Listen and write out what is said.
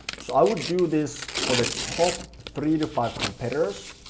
so i would do this for the top three to five competitors.